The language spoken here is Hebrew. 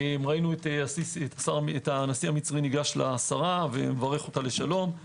ראינו את הנשיא המצרי ניגש לשרה ומברכה לשלום.